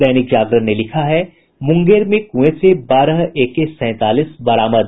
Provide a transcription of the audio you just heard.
दैनिक जागरण ने लिखा है मुंगेर में कुएं से बारह एके सैंतालीस बरामद